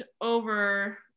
over